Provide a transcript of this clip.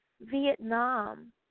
Vietnam